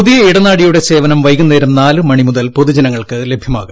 പുതിയ ഇടനാഴിയുടെ സേവനം വൈകുന്നേരം നാല് മണിമുതൽ പൊതുജനങ്ങൾക്ക് ലഭ്യമാകും